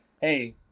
hey